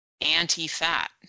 anti-fat